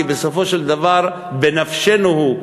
כי בסופו של דבר בנפשנו הוא,